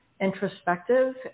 introspective